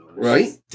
right